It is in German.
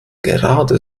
gerade